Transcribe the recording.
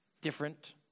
different